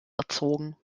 erzogen